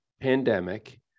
pandemic